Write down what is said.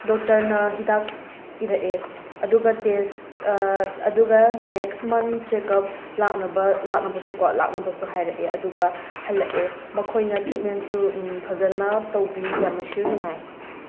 ꯗꯣꯛꯇꯔꯅ ꯍꯤꯗꯥꯛ ꯏꯔꯛꯑꯦ ꯑꯗꯨꯒ ꯇꯦꯁ ꯑꯗꯨꯒ ꯅꯦꯛꯁ ꯃꯟꯊ ꯆꯦꯛꯑꯞ ꯂꯥꯛꯅꯕ ꯂꯥꯛꯅꯕꯁꯨꯀꯣ ꯂꯥꯛꯅꯕꯁꯨ ꯍꯥꯏꯔꯛꯑꯦ ꯑꯗꯨꯒ ꯍꯟꯂꯛꯑꯦ ꯃꯈꯣꯏꯅ ꯇ꯭ꯔꯤꯠꯃꯦꯟꯁꯨ ꯐꯖꯅ ꯇꯧꯕꯤ ꯌꯥꯝꯅꯁꯨ ꯅꯨꯡꯉꯥꯏ